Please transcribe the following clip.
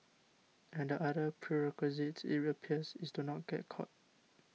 and the other prerequisite it appears is to not get caught